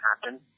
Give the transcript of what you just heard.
happen